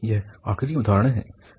यह आखिरी उदाहरण है